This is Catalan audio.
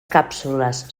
càpsules